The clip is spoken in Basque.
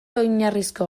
oinarrizko